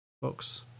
Folks